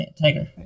tiger